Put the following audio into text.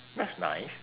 that's nice